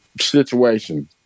situation